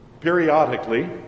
Periodically